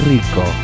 Rico